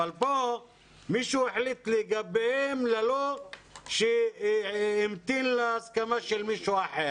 אבל פה מישהו החליט לגביהם בלי שימתינו להסכמה של מישהו אחר.